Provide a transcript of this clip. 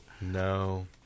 no